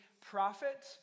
prophet